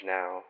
now